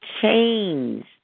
change